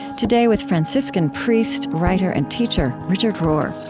today, with franciscan priest, writer, and teacher richard rohr